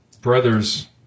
brother's